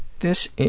this